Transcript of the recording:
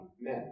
men